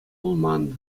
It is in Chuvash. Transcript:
пулман